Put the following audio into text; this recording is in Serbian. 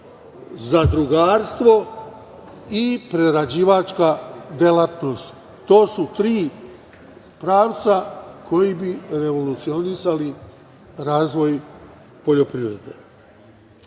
zadrugarstvo i prerađivačka delatnost, to su tri pravca koji bi revolucionisali razvoj poljoprivrede. Osim